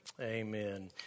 Amen